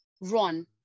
run